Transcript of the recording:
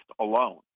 alone